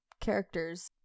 characters